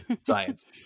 science